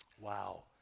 Wow